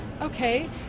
Okay